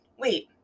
wait